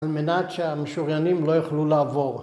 על מנת שהמשוריינים לא יוכלו לעבור